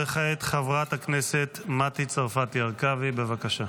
וכעת, חברת הכנסת מטי צרפתי הרכבי, בבקשה.